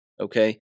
Okay